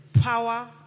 power